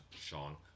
Sean